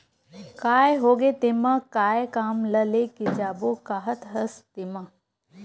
काय होगे तेमा काय काम ल लेके जाबो काहत हस तेंमा?